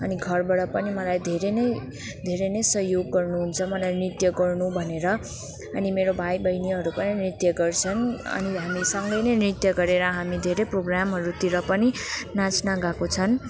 अनि घरबाट पनि मलाई धेरै नै धेरै नै सहयोग गर्नुहुन्छ मलाई नृत्य गर्नु भनेर अनि मेरो भाइ बहिनीहरू पनि नृत्य गर्छन् अनि हामी सँगै नै नृत्य गरेर हामी धेरै प्रोगामहरूतिर पनि नाच्न गएको छौँ